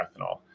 ethanol